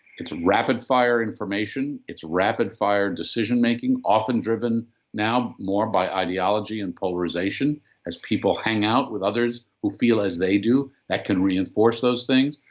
it's rapid-fire information, it's rapid-fire decision making often driven now more by ideology and polarization as people hang out with others who feel as they do that can reinforce those things.